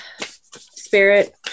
Spirit